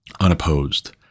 unopposed